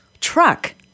truck